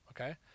Okay